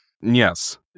Yes